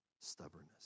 stubbornness